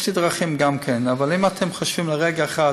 יש לי דרכים גם כן, אבל אם אתם חושבים לרגע אחד